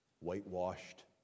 whitewashed